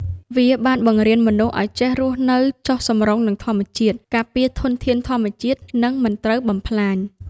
វាបានបង្រៀនមនុស្សឱ្យចេះរស់នៅចុះសម្រុងនឹងធម្មជាតិ ការពារធនធានធម្មជាតិ និងមិនត្រូវបំផ្លាញ។